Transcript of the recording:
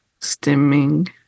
stimming